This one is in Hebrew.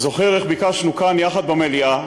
אני זוכר איך כאן יחד במליאה,